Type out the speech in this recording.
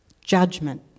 Judgment